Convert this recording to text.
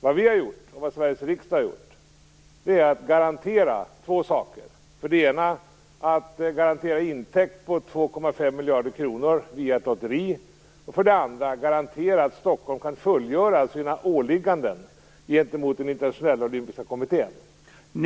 Vad vi har gjort, och vad Sveriges riksdag har gjort, är att garantera två saker: för det ena en intäkt på 2,5 miljarder kronor via ett lotteri, för det andra att Stockholm kan fullfölja sina åligganden gentemot den internationella olympiska kommittén.